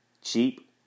cheap